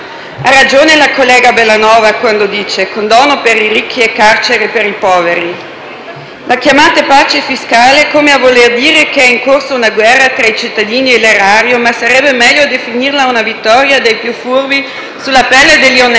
Ha ragione la collega Bellanova quando parla di «condono per i ricchi e carcere per i poveri». La chiamate pace fiscale, come a voler dire che è in corso una guerra tra i cittadini e l'erario, ma sarebbe meglio definirla una vittoria dei più furbi sulla pelle degli onesti,